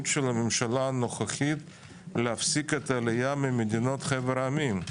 של הממשלה הנוכחית להפסיק את העלייה ממדינות חבר העמים.